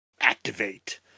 activate